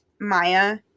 Maya